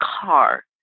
car